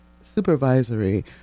supervisory